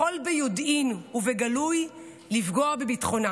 יכול ביודעין ובגלוי לפגוע בביטחונה